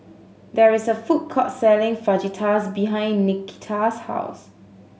there is a food court selling Fajitas behind Nikita's house